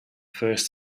first